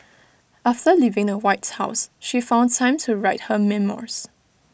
after leaving the white house she found time to write her memoirs